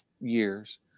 years